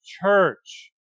church